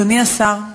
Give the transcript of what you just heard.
אדוני השר,